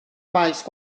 faes